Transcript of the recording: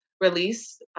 release